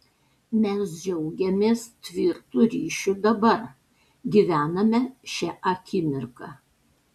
mes džiaugiamės tvirtu ryšiu dabar gyvename šia akimirka